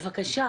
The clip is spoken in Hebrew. בבקשה,